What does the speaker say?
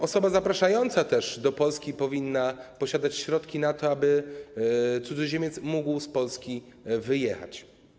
Osoba zapraszająca do Polski powinna mieć środki na to, by cudzoziemiec mógł z Polski wyjechać.